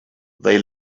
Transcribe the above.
they